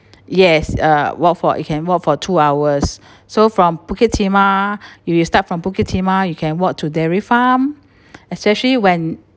yes uh walk for you can walk for two hours so from bukit timah you you start from bukit timah you can walk to dairy farm especially when